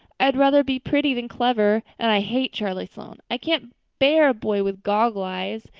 i'd rather be pretty than clever. and i hate charlie sloane, i can't bear a boy with goggle eyes.